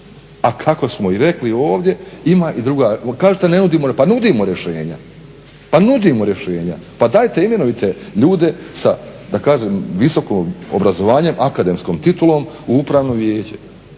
A kako smo i rekli ovdje ima i druga, kažete ne nudimo, pa nudimo rješenja, pa nudimo rješenja. Pa dajte, imenujte ljude sa da kažem visokim obrazovanjem, akademskom titulom u upravno vijeće